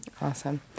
Awesome